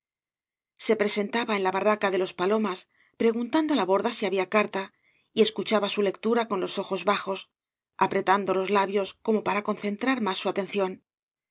se presentaba en la barraca de los palomas preguntando á la borda si había carta y escuchaba su lectura con los ojos bajos apretando los la bios como para concentrar más su atención